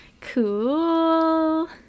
Cool